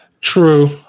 true